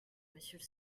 monsieur